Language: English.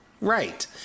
right